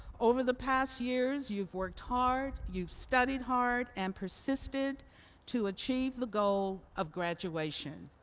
over the past years, you've worked hard, you've studied hard, and persistent to achieve the goal of graduation.